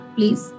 Please